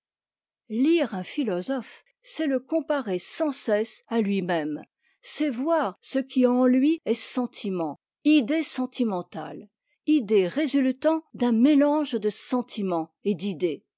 lire un philosophe c'est le comparer sans cesse à lui-même c'est voir ce qui en lui est sentiment idée sentimentale idée résultant d'un mélange de sentiment et d'idées